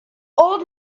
old